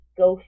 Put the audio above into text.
Go